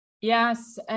Yes